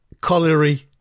colliery